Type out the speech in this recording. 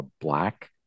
black